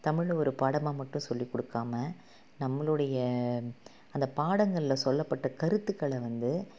தமிழை ஒரு பாடமாக மட்டும் சொல்லி கொடுக்காமா நம்மளுடைய அந்த பாடங்களில் சொல்லப்பட்ட கருத்துக்களை வந்து